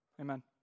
amen